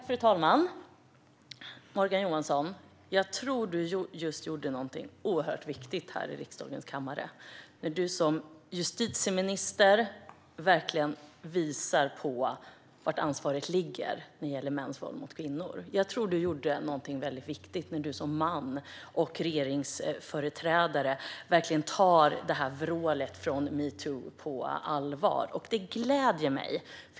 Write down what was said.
Fru talman! Jag tror att du, Morgan Johansson, just gjorde någonting oerhört viktigt här i riksdagens kammare genom att som justitieminister verkligen visa på var ansvaret ligger när det gäller mäns våld mot kvinnor. Jag tror att du gjorde någonting väldigt viktigt genom att som man och regeringsföreträdare ta vrålet från metoo på allvar. Det gläder mig.